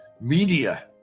media